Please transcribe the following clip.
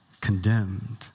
Condemned